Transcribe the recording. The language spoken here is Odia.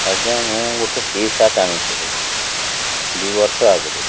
ଆଜ୍ଞା ମୁଁ ଗୋଟେ ଟି ସାର୍ଟ୍ ଆଣିଥିଲି ଦୁଇ ବର୍ଷ ଆଗରୁ